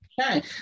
Okay